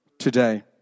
today